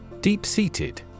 Deep-seated